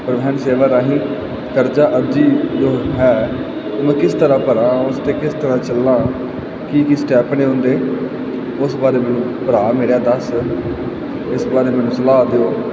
ਪਰੀਵਹਿਨ ਸੇਵਾ ਰਾਹੀਂ ਕਰਜਾ ਅਰਜੀ ਜੋ ਹੈ ਉਹ ਮੈਂ ਕਿਸ ਤਰ੍ਹਾਂ ਭਰਾ ਉਸ 'ਤੇ ਕਿਸ ਤਰ੍ਹਾਂ ਚੱਲਾਂ ਕੀ ਕੀ ਸਟੈਪ ਨੇ ਉਹਦੇ ਉਸ ਬਾਰੇ ਮੈਨੂੰ ਭਰਾ ਮੇਰਿਆ ਦੱਸ ਇਸ ਬਾਰੇ ਮੈਨੂੰ ਸਲਾਹ ਦਿਓ